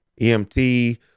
EMT